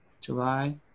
July